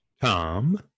Tom